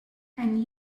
and